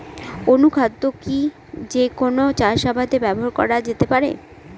অনুখাদ্য কি যে কোন চাষাবাদে ব্যবহার করা যেতে পারে?